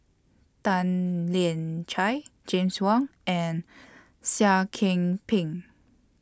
Tan Lian Chye James Wong and Seah Kian Peng